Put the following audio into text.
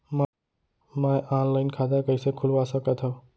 मैं ऑनलाइन खाता कइसे खुलवा सकत हव?